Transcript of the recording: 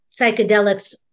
psychedelics